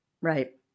Right